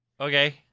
Okay